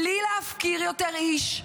בלי להפקיר יותר איש,